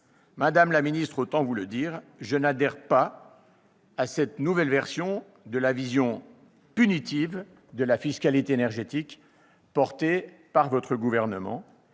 Madame la ministre, je n'adhère pas à cette nouvelle version de la vision punitive de la fiscalité énergétique portée votre gouvernement